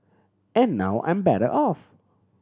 and now I'm better off